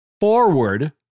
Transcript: forward